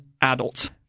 adults